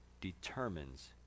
determines